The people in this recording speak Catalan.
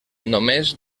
només